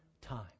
time